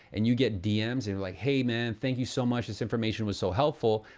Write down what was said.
and you get dms and like, hey man, thank you so much this information was so helpful.